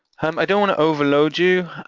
um i don't overload you